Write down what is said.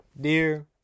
Dear